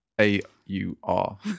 A-U-R